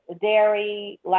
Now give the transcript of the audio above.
dairy